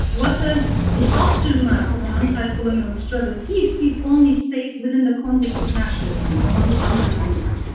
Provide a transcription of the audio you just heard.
what does the aftermath of an anticolonial struggle if it only stays within the context of nationalism? i want to underline that,